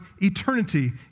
eternity